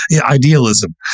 idealism